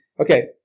Okay